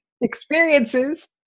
experiences